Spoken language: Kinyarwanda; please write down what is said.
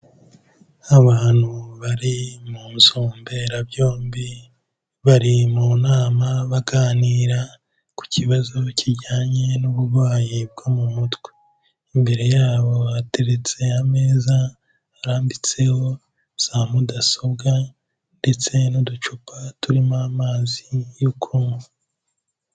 Abantu bari mu nzu mberabyombi, bari mu nama baganira ku kibazo kijyanye n'uburwayi bwo mu mutwe, imbere yabo hateretse ameza arambitseho za mudasobwa ndetse n'uducupa turimo amazi yo kunywa.